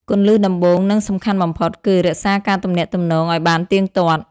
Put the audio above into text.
គន្លឹះដំបូង និងសំខាន់បំផុត គឺ រក្សាការទំនាក់ទំនងឱ្យបានទៀងទាត់។